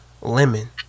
lemon